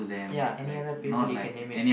ya any other people you can name it